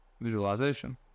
Visualization